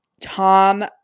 Tom